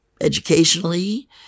educationally